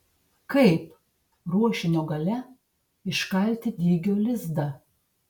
kaip ruošinio gale iškalti dygio lizdą